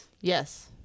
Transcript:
Yes